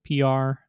PR